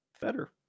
better